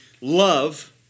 love